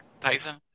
Tyson